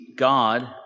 God